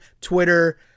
Twitter